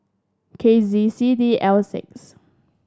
K Z C D L six